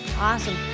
Awesome